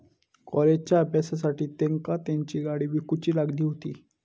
कॉलेजच्या अभ्यासासाठी तेंका तेंची गाडी विकूची लागली हुती